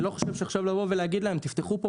אני לא חושב שלבוא ולהגיד להן תפתחו כאן